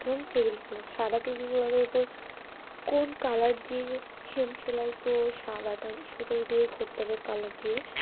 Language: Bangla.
ধরুন টেবিল ক্লথ সাদা টেবিল ক্লথের ও উপর কোন কালার দিয়ে হেম সেলাই তো সাদাটা সুতো দিয়েই করতে হবে কালার দিয়ে